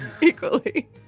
Equally